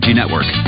network